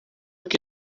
que